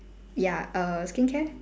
ya err skincare